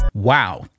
Wow